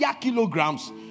kilograms